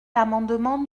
l’amendement